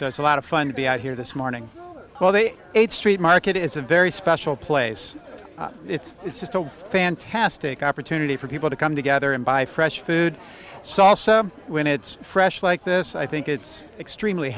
so it's a lot of fun to be out here this morning while they ate street market is a very special place it's it's just a fantastic opportunity for people to come together and buy fresh food sauce so when it's fresh like this i think it's extremely